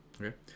Okay